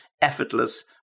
effortless